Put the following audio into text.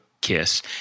Kiss